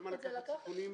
למה לקחת סיכונים?